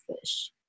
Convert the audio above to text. Fish